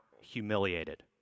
humiliated